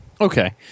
Okay